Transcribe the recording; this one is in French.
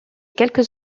quelques